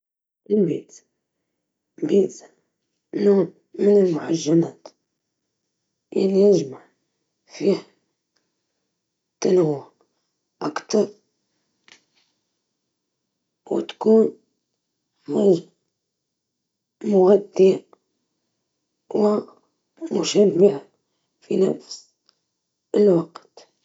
البيتزا، لأنها وجبة كاملة وتشبع، مش زي الآيس كريم اللي مجرد حلوة.